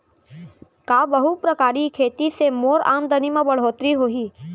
का बहुप्रकारिय खेती से मोर आमदनी म बढ़होत्तरी होही?